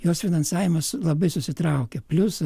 jos finansavimas labai susitraukė plius